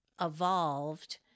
evolved